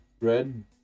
red